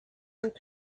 and